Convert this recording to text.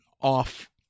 off